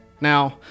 Now